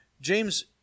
James